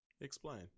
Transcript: Explain